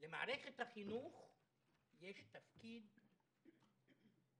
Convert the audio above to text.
למערכת החינוך יש תפקיד מובנה,